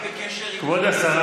כבוד השרה